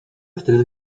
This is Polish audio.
wtedy